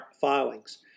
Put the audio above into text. filings